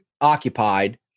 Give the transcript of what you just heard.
occupied